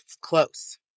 close